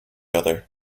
other